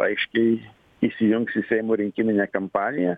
aiškiai įsijungs į seimo rinkiminę kampaniją